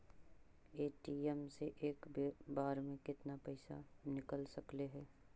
ATM से एक बार मे केतना पैसा निकल सकले हे?